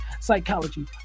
Psychology